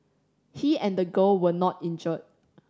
he and the girl were not injured